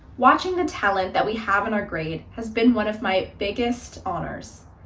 watching the talent that we have in our grade has been one of my biggest honors.